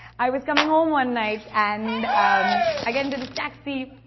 i was coming home one night. and um i get into this taxi,